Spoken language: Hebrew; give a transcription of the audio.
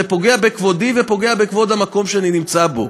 זה פוגע בכבודי ופוגע בכבוד המקום שאני נמצא בו.